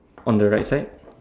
on the right side